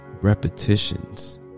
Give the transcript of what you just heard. Repetitions